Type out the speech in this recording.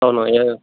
అవును ఏ